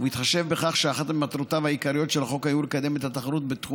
ובהתחשב בכך שאחת ממטרותיו העיקריות של החוק היו לקדם את התחרות בתחום